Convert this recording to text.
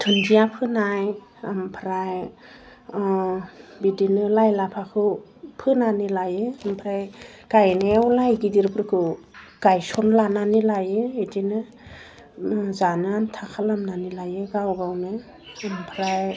दुनदिया फोनाय ओमफ्राय बिदिनो लाइ लाफाखौ फोनानै लायो ओमफ्राय गायनायाव लाइ गिदिरफोरखौ गायसनलानानै लायो बिदिनो जानो आनथा खालामनानै लायो गाव गावनो ओमफ्राय